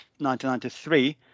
1993